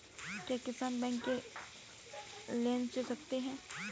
क्या किसान बैंक से लोन ले सकते हैं?